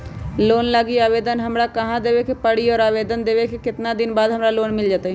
Loan लागी आवेदन हमरा कहां देवे के पड़ी और आवेदन देवे के केतना दिन बाद हमरा लोन मिल जतई?